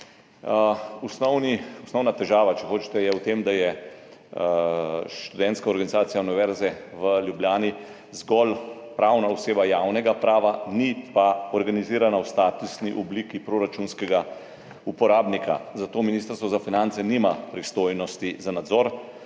Osnovna težava, če hočete, je v tem, da je Študentska organizacija Univerze v Ljubljani zgolj pravna oseba javnega prava, ni pa organizirana v statusni obliki proračunskega uporabnika, zato Ministrstvo za finance nima pristojnosti za nadzor,